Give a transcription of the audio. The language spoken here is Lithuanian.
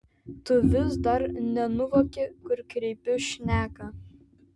tu vis dar nenuvoki kur kreipiu šneką